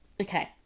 Okay